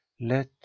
let